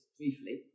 briefly